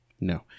No